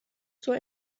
zur